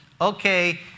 okay